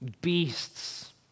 beasts